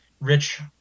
rich